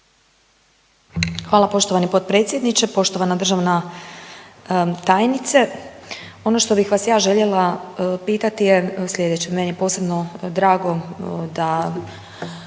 Hvala poštovani potpredsjedniče. Poštovana državna tajnice. Ono što bih vas ja željela pitati je sljedeće, meni je posebno drago da